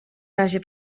razie